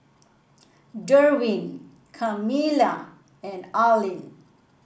Derwin Camila and Arlene